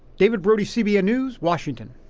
david brody, cbn news, washington.